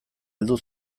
heldu